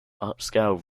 upscale